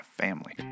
family